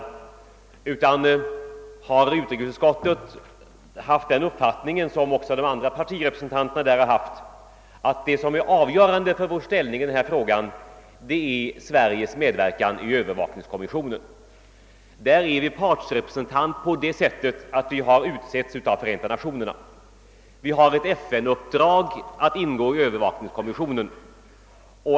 Socialdemokraterna i utrikesutskottet liksom också de andra partiernas representanter där har ansett att det avgörande för vår ställning i denna fråga är Sveriges medverkan i Övervakningskommissionen. Där är vi partsrepresentant på det sättet, att vi har utsetts av Förenta nationerna. Vi har alltså ett FN-uppdrag att ingå i övervakningskommissionen.